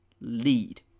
Lead